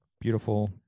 beautiful